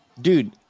Dude